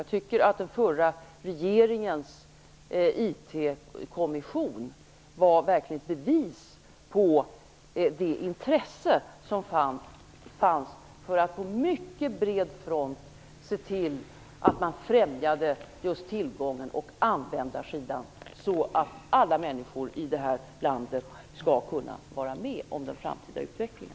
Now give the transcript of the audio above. Jag tycker att den förra regeringens IT-kommission verkligen var ett bevis på det intresse som fanns för att på mycket bred front se till att främja just tillgången för användarsidan, så att alla människor i det här landet skall kunna vara med om den framtida utvecklingen.